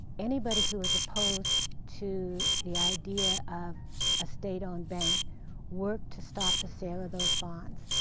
anybody who was opposed to the idea of a state-owned bank worked to stop the sale of those bonds.